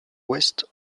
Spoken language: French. ouest